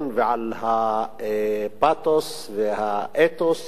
ועל הפתוס והאתוס,